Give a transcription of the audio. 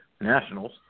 Nationals